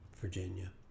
Virginia